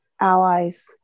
allies